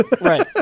Right